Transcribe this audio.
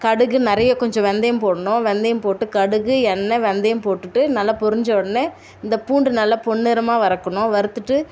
கடுகு நிறைய கொஞ்சம் வெந்தையம் போடணும் வெந்தையம் போட்டு கடுகு எண்ணெய் வெந்தயம் போட்டுட்டு நல்லா பொரிஞ்ச உடனே இந்த பூண்டு நல்லா பொன்நிறமாக வறுக்கணும் வறுத்துட்டு